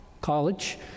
college